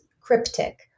cryptic